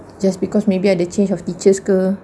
just because maybe ada change of teachers